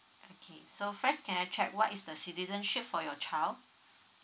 okay so first can I check what is the citizenship for your child